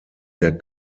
der